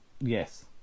yes